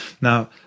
Now